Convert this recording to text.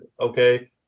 okay